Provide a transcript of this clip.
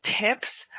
tips